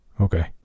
Okay